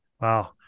Wow